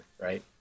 right